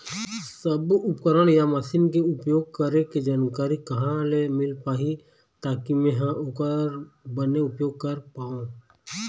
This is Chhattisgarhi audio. सब्बो उपकरण या मशीन के उपयोग करें के जानकारी कहा ले मील पाही ताकि मे हा ओकर बने उपयोग कर पाओ?